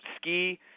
ski